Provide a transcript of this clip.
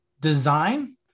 design